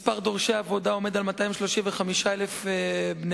מספר דורשי העבודה עומד על 235,000 בני-אדם,